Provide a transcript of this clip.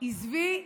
עזבי,